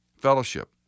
fellowship